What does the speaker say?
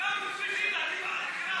מח"ש אומרים: לא היה פיגוע.